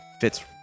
fits